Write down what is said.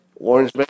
Orange